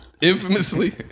Infamously